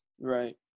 Right